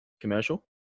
commercial